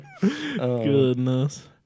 Goodness